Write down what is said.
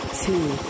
two